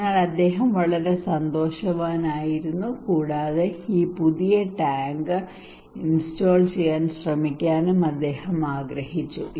അതിനാൽ അദ്ദേഹം വളരെ സന്തോഷവാനായിരുന്നു കൂടാതെ ഈ പുതിയ ടാങ്ക് ഇൻസ്റ്റാൾ ചെയ്യാൻ ശ്രമിക്കാൻ അദ്ദേഹം ആഗ്രഹിച്ചു